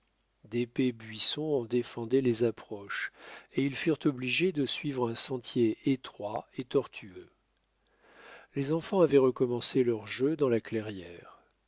d'épais buissons en défendaient les approches et ils furent obligés de suivre un sentier étroit et tortueux les enfants avaient recommencé leurs jeux dans la clairière